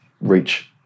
reach